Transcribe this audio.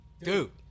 dude